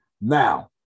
Now